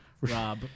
Rob